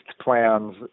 plans